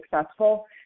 successful